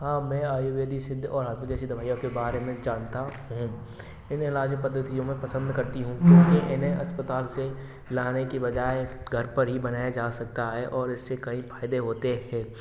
हाँ मैं आयुर्वेदिक सिद्ध और होम्योपैथी जैसी दवाइयों के बारे में जानता हूँ इन्हें लाखों पद्धतियों में पसंद करती हूँ इन्हें अस्पताल से लाने के बजाय घर पर ही बनाया जा सकता है और इससे कई फायदे होते हैं